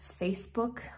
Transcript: Facebook